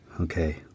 Okay